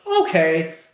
okay